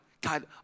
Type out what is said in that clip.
God